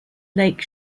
lake